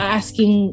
asking